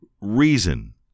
reason